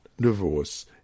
divorce